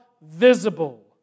visible